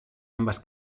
ambas